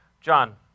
John